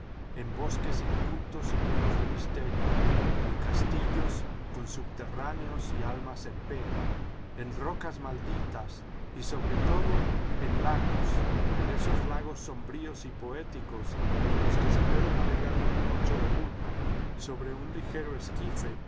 en bosques incultos y llenos de misterio en castillos con subterráneos y almas en pena en rocas malditas y sobre todo en lagos en esos lagos sombríos y poéticos en los que se puede navegar una noche de luna sobre un ligero esquife